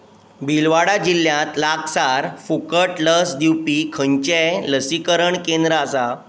भिलवाडा जिल्ल्यांत लागसार फुकट लस दिवपी खंयचेंय लसीकरण केंद्र आसा